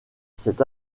cet